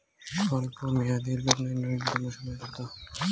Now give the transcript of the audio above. স্বল্প মেয়াদী লোন এর নূন্যতম সময় কতো?